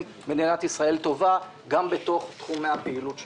מדינת ישראל טובה גם בתוך תחומי הפעילות שלנו.